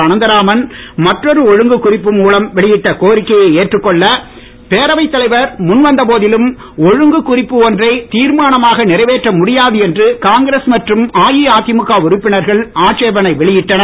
அனந்தராமன் மற்றொரு ஒழுங்கு குறிப்பு மூலம் வெளியிட்ட கோரிக்கையை ஏற்றுக்கொள்ள பேரவைத் தலைவர் முன் வந்த போதிலும் ஒழுங்கு பிரச்சனை ஒன்றை திர்மானமாக நிறைவேற்ற முடியாது என்று காங்கிரஸ் மற்றும் அஇஅதிமுக உறுப்பினர்கள் ஆட்சேபனை வெளியிட்டனர்